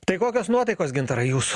tai kokios nuotaikos gintarai jūsų